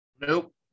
Nope